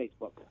Facebook